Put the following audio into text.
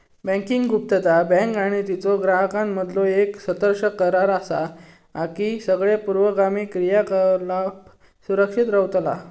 banking गुप्तता, bank आणि तिच्यो ग्राहकांमधीलो येक सशर्त करार असा की सगळे पूर्वगामी क्रियाकलाप सुरक्षित रव्हतला